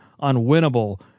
unwinnable